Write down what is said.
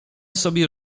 sobie